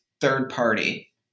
third-party